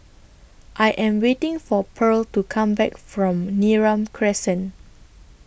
I Am waiting For Pearl to Come Back from Neram Crescent